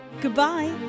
Goodbye